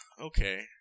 Okay